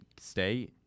stay